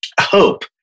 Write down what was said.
hope